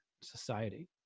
society